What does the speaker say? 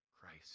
Christ